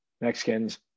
mexicans